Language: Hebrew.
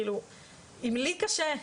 אם לי קשה,